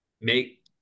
make